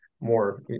more